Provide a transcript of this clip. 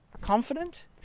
confident